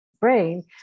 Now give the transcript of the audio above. brain